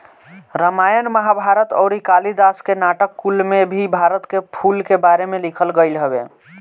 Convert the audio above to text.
रामायण महाभारत अउरी कालिदास के नाटक कुल में भी भारत के फूल के बारे में लिखल गईल हवे